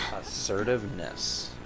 assertiveness